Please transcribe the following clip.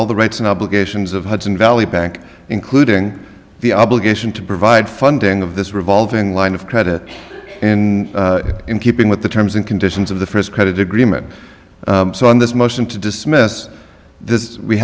all the rights and obligations of hudson valley bank including the obligation to provide funding of this revolving line of credit in keeping with the terms and conditions of the first credit agreement so on this motion to dismiss this we